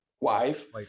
wife